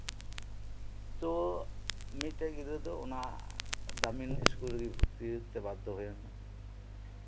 ᱛᱚ ᱢᱤᱫᱴᱮᱱ ᱜᱤᱫᱽᱨᱟᱹ ᱫᱚ ᱚᱱᱟ ᱫᱟᱢᱤ ᱥᱠᱩᱞ ᱨᱮ ᱵᱷᱚᱛᱛᱤ ᱛᱮ ᱵᱟᱫᱽᱫᱷᱚ ᱦᱩᱭᱮᱱᱟ